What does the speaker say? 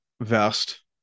vest